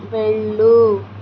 వెళ్ళు